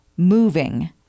moving